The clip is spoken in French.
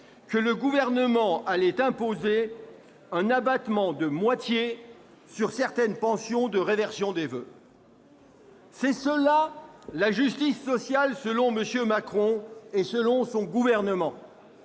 que le Gouvernement allait imposer un abattement de moitié sur certaines pensions de réversion des veuves. C'est cela la justice sociale selon M. Macron et son gouvernement